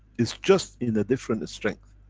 it's just in a different strength.